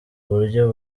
buryo